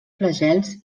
flagels